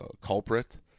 culprit